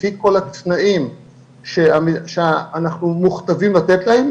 לפי כל התנאים שאנחנו מוכתבים לתת להם,